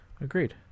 agreed